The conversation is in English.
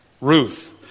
Ruth